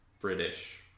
British